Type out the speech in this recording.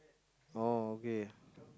oh okay